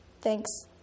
Thanks